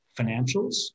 financials